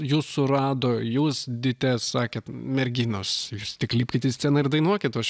jus surado jūs dites sakėt merginos jūs tik lipkit į sceną ir dainuokit o aš